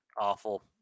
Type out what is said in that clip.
awful